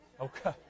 okay